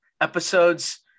episodes